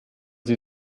sie